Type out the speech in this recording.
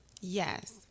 Yes